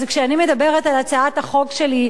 אז כשאני מדברת על הצעת החוק שלי,